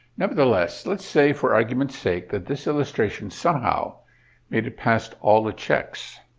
nevertheless, let's say for argument's sake that this illustration somehow made it past all the checks.